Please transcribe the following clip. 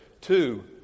two